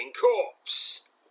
corpse